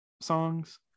songs